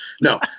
No